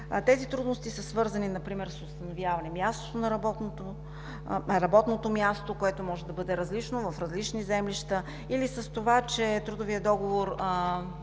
тези трудности са свързани например с установяване работното място, което може да бъде различно в различни землища или с това, че трудовият договор